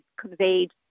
conveyed